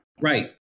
Right